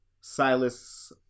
Silas